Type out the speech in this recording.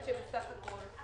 בסך הכול,